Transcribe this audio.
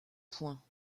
point